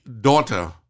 daughter